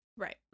Right